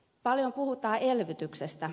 paljon puhutaan elvytyksestä